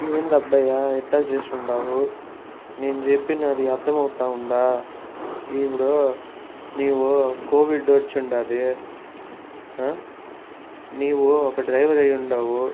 ఏంటి అబ్బాయి ఇలా చేశావు నేను చెప్పింది అర్థం అవుతోందా ఇప్పుడు నువ్వు కోవిడ్ వచ్చింది నువ్వు ఒక డ్రైవర్ అయ్యి ఉన్నావు